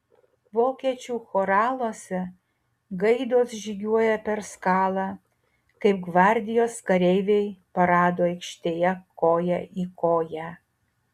vokiečių choraluose gaidos žygiuoja per skalą kaip gvardijos kareiviai parado aikštėje koja į koją